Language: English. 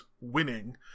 winning